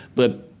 but